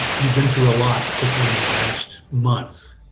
you've been through a lot, particularly in the last month,